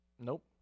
nope